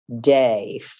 day